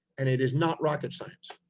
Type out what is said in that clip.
and it is not rocket science.